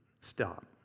stop